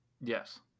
Yes